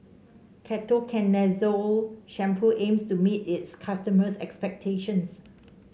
Ketoconazole Shampoo aims to meet its customers' expectations